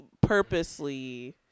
purposely